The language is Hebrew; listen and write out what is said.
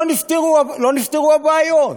לא נפתרו הבעיות.